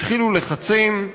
התחילו לחצים,